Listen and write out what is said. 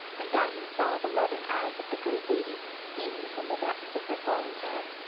and diamond saw the loving eyes of the great lady beaming from the depths of her falling hair.